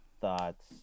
thoughts